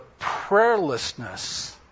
prayerlessness